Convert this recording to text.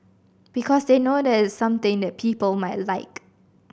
because they know that it is something that people might like